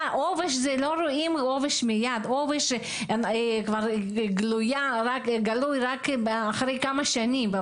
לא רואים עובש מייד, הוא גלוי רק אחרי כמה שנים.